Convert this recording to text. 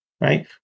right